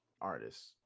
artists